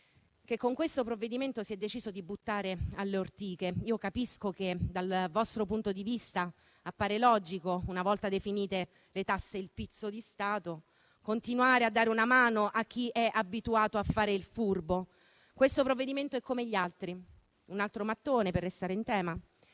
che con questo provvedimento si è deciso di buttare alle ortiche. Capisco che dal vostro punto di vista appare logico, una volta definite le tasse il pizzo di Stato, continuare a dare una mano a chi è abituato a fare il furbo. Questo provvedimento è come gli altri, un altro mattone (per restare in tema)